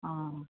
অঁ